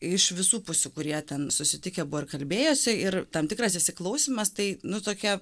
iš visų pusių kurie ten susitikę buvo ir kalbėjosi ir tam tikras įsiklausymas tai nu tokia